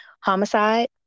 homicide